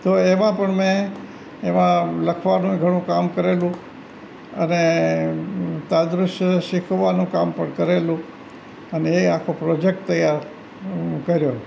તો એમાં પણ મેં એમાં લખવાનુંય ઘણું કામ કરેલું અને તાદૃશ્ય શીખવાનું કામ પણ કરેલું અને એ આખો પ્રોજેક્ટ તૈયાર કર્યો